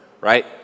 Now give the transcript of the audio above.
right